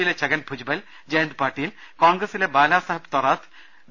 യിലെ ഛഗൻ ഭുജ്ബൽ ജയന്ത് പാട്ടീൽ കോൺഗ്രസിലെ ബാലാ സാഹബ് തൊറാട്ട് ഡോ